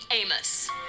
Amos